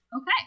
Okay